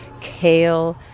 kale